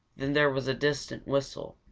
then there was a distant whistle.